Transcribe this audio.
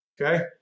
Okay